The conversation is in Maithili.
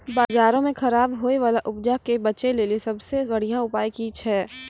बजारो मे खराब होय बाला उपजा के बेचै लेली सभ से बढिया उपाय कि छै?